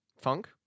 funk